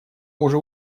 уже